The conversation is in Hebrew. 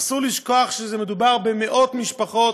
אסור לשכוח שמדובר במאות משפחות